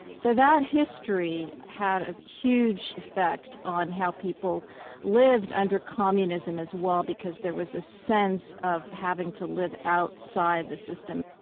so that history had a huge effect on how people lived under communism as well, because there was a sense of having to live outside the system.